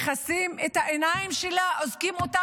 מכסים את העיניים שלה, אוזקים אותה